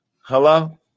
Hello